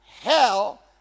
hell